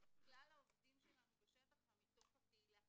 כלל העובדים שלנו בשטח הם מתוך הקהילה